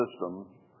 system